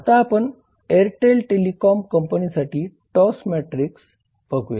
आता आपण Airtel telecom कंपनीसाठी टॉव्स मॅट्रिक्स बघूया